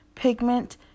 Pigment